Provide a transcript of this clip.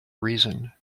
reason